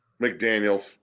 McDaniels